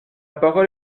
parole